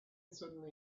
suddenly